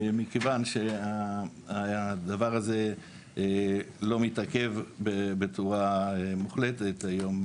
מכיוון שהדבר הזה לא מתעכב בצורה מוחלטת היום,